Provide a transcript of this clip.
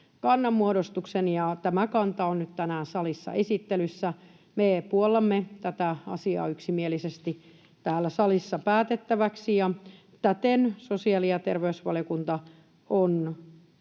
kannanmuodostuksen, ja tämä kanta on nyt tänään salissa esittelyssä. Me puollamme tätä asiaa yksimielisesti täällä salissa päätettäväksi, ja täten sosiaali- ja terveysvaliokunta on